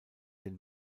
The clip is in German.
den